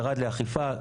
הפנייה ירדה לאכיפה,